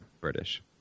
British